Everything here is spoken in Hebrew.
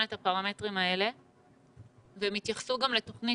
את הפרמטרים האלה ויתייחסו גם לתוכנית